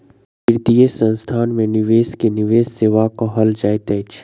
वित्तीय संस्थान में निवेश के निवेश सेवा कहल जाइत अछि